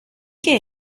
che